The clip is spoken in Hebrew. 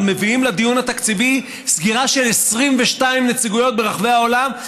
אבל מביאים לדיון התקציבי סגירה של 22 נציגויות ברחבי העולם,